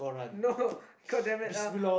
no god damn it uh